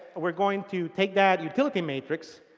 we're going to take that utility matrix,